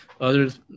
others